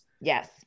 Yes